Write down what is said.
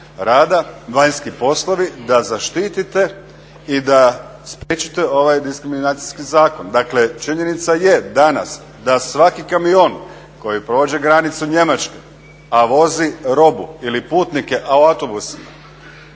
rada, vanjski poslovi da zaštitite i da spriječite ovaj diskriminacijski zakon. Dakle, činjenica je danas da svaki kamion koji prođe granicu Njemačke, a vozi robu ili putnike u autobusima